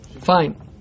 Fine